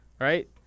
Right